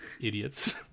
idiots